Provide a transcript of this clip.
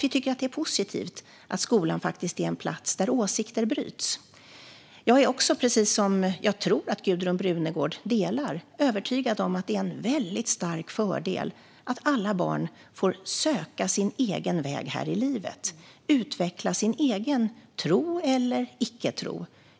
Vi tycker att det är positivt att skolan är en plats där åsikter bryts. Jag är också, precis som jag tror att Gudrun Brunegård är, övertygad om att det är en väldigt stark fördel att alla barn får söka sin egen väg här i livet och utveckla sin egen tro eller icke-tro.